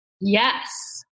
Yes